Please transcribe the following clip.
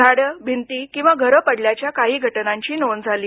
झाडं भिंती किंवा घरं पडल्याच्या काही घटनांची नोंद झाली